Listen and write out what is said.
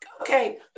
okay